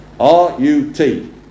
R-U-T